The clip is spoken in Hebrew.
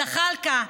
זחאלקה,